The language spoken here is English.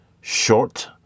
short